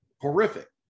horrific